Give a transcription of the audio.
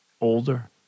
older